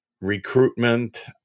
recruitment